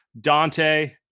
Dante